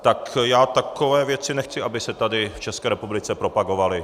Tak já takové věci nechci, aby se tady v České republice propagovaly.